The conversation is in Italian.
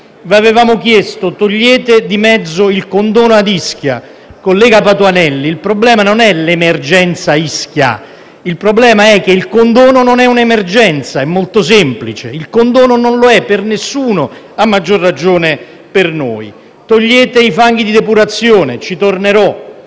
Vi avevamo chiesto di togliere di mezzo il condono ad Ischia. Collega Patuanelli, il problema non è l’emergenza Ischia. Il problema è che il condono non è un’emergenza. È molto semplice: il condono non è un’emergenza per nessuno e, a maggior ragione, non lo è per noi. Togliete i fanghi di depurazione: e tornerò